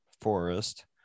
forest